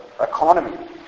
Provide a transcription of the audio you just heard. economy